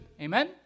amen